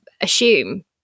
assume